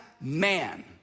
man